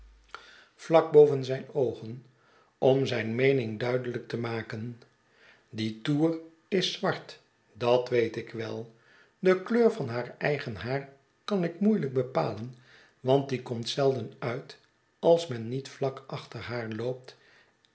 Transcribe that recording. vlak boven zijn oogen om zijn meening duidelijk te maken die toer is zwart dat weet ik wel de kleur van haar eigen haar kan ik moeielijk bepalen want die komt zelden uit als men niet vlak achterhaar loopt